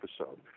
episode